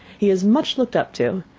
he is much looked up to,